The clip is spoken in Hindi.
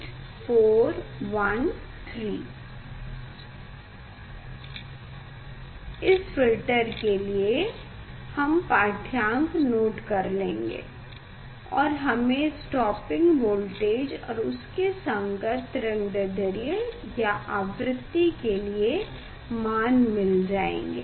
इस फ़िल्टर के लिए हम पाठ्यांक नोट कर लेंगे और हमें स्टॉपिंग वोल्टेज और उसके संगत तरंगदैढ्र्य या आवृति के लिए मान मिल जायेंगे